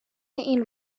این